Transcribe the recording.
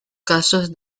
casos